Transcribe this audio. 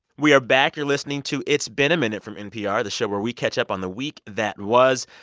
we are back. you're listening to it's been a minute from npr, the show where we catch up on the week that was.